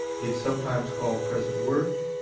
it's sometimes called present worth.